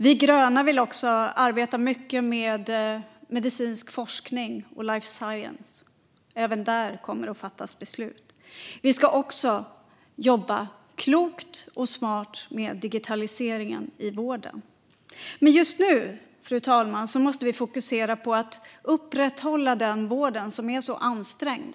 Vi gröna vill också arbeta mycket med medicinsk forskning och life science, och även där kommer det att fattas beslut. Vi ska också jobba klokt och smart med digitaliseringen i vården. Just nu, fru talman, måste vi dock fokusera på att upprätthålla vården, som är så ansträngd.